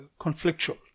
conflictual